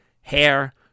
hair